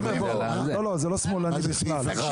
לא, זה לא שמאלני בכלל.